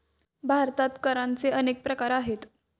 भारतात करांचे अनेक प्रकार आहेत